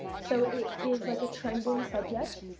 so it is like a trending subject,